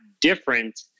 different